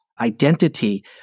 identity